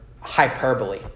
hyperbole